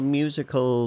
musical